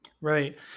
Right